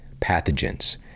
pathogens